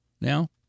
now